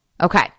Okay